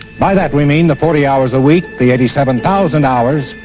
by that we mean the forty hours a week, the eighty seven thousand hours,